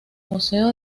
museo